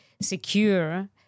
secure